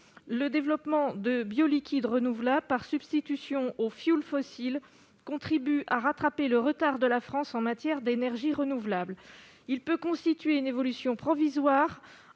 Le développement de bioliquide renouvelable, par substitution au fioul fossile, contribue à rattraper le retard de la France en matière d'énergie renouvelable. Il peut constituer une évolution provisoire,